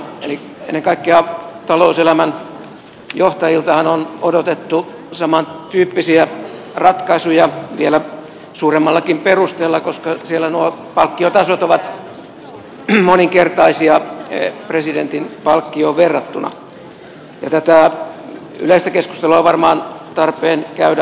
ennen kaikkea talouselämän johtajiltahan on odotettu samantyyppisiä ratkaisuja vielä suuremmallakin perusteella koska siellä nuo palkkiotasot ovat moninkertaisia presidentin palkkioon verrattuna ja tätä yleistä keskustelua varmaan on tarpeen käydä